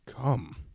come